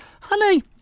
honey